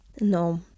No